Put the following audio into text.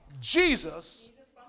Jesus